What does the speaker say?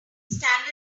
standard